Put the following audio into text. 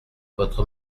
votre